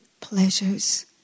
pleasures